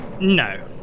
No